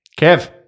Kev